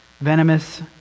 venomous